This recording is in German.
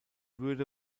würde